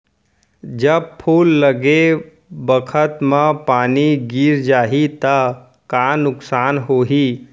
जब फूल लगे बखत म पानी गिर जाही त का नुकसान होगी?